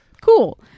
cool